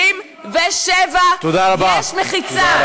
מ-67', יש מחיצה.